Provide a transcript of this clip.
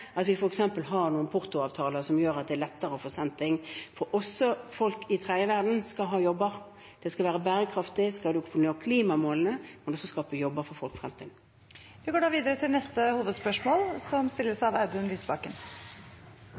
at vi f.eks. har noen portoavtaler som gjør at det er lettere å få sendt ting. For også folk i den tredje verden skal ha jobber. Det skal være bærekraftig, hvis man skal nå klimamålene, men også skape jobber for folk i fremtiden. Vi går videre til neste hovedspørsmål.